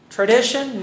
Tradition